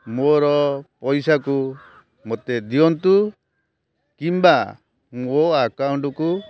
ମୋର ପଇସାକୁ ମୋତେ ଦିଅନ୍ତୁ କିମ୍ବା ମୋ ଆକାଉଣ୍ଟ୍କୁ